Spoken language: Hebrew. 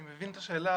אני מבין את השאלה,